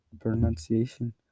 pronunciation